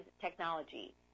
technology